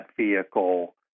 vehicle